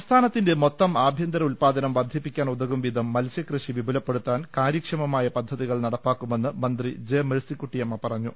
സംസ്ഥാനത്തിന്റെ മൊത്തം ആഭ്യന്തര ഉത്പാദനം വർധിപ്പിക്കാൻ ഉതകും വിധം മത്സ്യകൃഷി വിപുലപ്പെടുത്താൻ കാര്യക്ഷമമായ പദ്ധതികൾ നടപ്പാക്കുമെന്ന് മന്ത്രി ജെ മെഴ്സിക്കുട്ടിയമ്മ പറഞ്ഞു